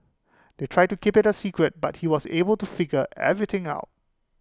they tried to keep IT A secret but he was able to figure everything out